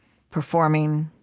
performing,